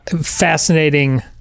fascinating